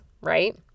right